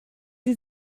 sie